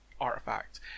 Artifact